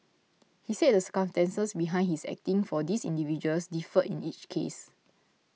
he said the circumstances behind his acting for these individuals differed in each case